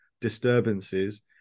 disturbances